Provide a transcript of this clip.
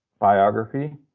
biography